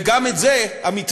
גם את זה המתווה,